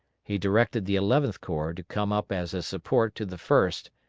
he directed the eleventh corps to come up as a support to the first,